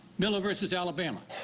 miller versus alabama.